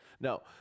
No